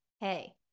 hey